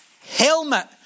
Helmet